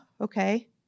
okay